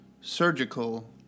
surgical